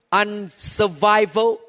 unsurvival